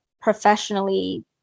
professionally